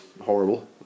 horrible